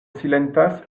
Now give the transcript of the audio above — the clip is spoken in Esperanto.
silentas